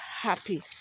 happy